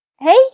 Hey